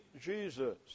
Jesus